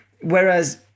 Whereas